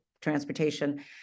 transportation